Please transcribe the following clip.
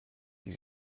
die